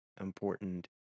important